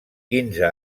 quinze